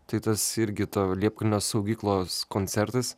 tai tas irgi to liepkalnio saugyklos koncertas